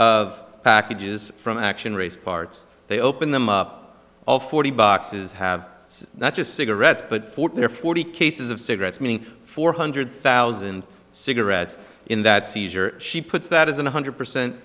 of packages from action race parts they open them up all forty boxes have not just cigarettes but forty or forty cases of cigarettes meaning four hundred thousand cigarettes in that seizure she puts that is a one hundred percent